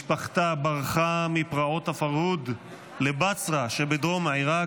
משפחתה ברחה מפרעות הפרהוד לבצרה שבדרום עיראק,